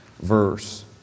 verse